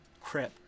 crap